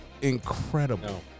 Incredible